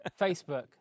Facebook